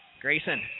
Grayson